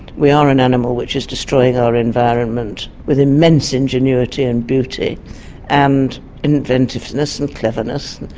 we are an animal which is destroying our environment with immense ingenuity and beauty and inventiveness and cleverness,